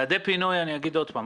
לגבי יעדי פינוי, אני אומר שוב.